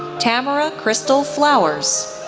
tamera crystal flowers,